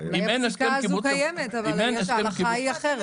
אולי הפסיקה הזאת קיימת אבל ההנחה היא אחרת.